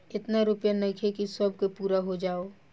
एतना रूपया नइखे कि सब के पूरा हो जाओ